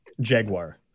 Jaguar